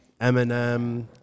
Eminem